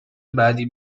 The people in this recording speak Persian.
بعدی